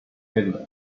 business